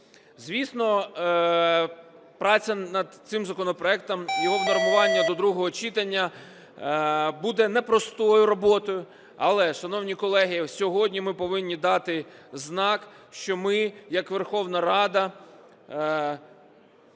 Звісно, праця над цим законопроектом, його унормування до другого читання буде непростою роботою, але, шановні колеги, сьогодні ми повинні дати знак, що ми як Верховна Рада